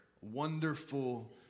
wonderful